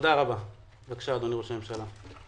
תודה רבה, בבקשה אדוני ראש הממשלה.